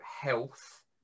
health